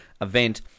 event